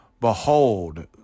Behold